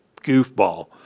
goofball